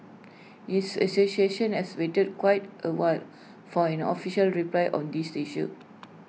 his association has waited quite A while for an official reply on these issue